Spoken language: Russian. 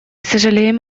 сожалеем